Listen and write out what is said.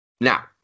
Now